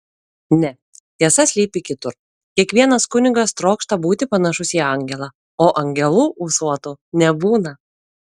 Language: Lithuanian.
ne tiesa slypi kitur kiekvienas kunigas trokšta būti panašus į angelą o angelų ūsuotų nebūna